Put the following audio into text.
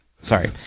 sorry